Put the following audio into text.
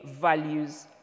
values